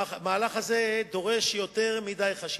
המהלך הזה דורש יותר מדי חשיבה.